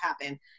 happen